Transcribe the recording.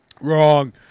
Wrong